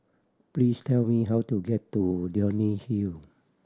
please tell me how to get to Leonie Hill